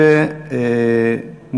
מס' 96 בנושא: הבחירות בעיר טייבה.